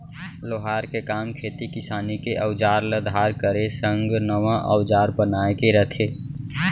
लोहार के काम खेती किसानी के अउजार ल धार करे संग नवा अउजार बनाए के रथे